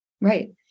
Right